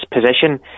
position